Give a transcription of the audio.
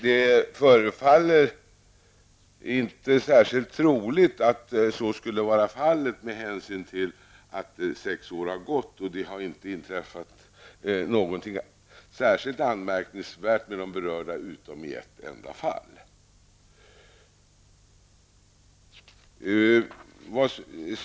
Det förefaller inte särskilt troligt att så skulle vara fallet med hänsyn till att sex år har gått och det inte har inträffat något anmärkningsvärt med berörda personer utom i ett enda fall.